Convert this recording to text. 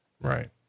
right